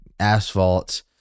asphalt